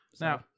Now